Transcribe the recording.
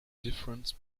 difference